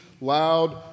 loud